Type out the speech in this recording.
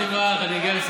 המתכנתים,